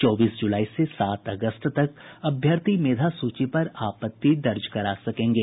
चौबीस ज़ुलाई से सात अगस्त तक अभ्यर्थी मेधा सूची पर आपत्ति दर्ज करा सकेंगे